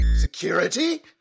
security